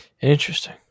interesting